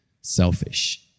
selfish